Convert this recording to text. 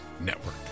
Network